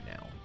now